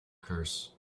curse